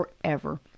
forever